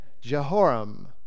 Jehoram